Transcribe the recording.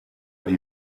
die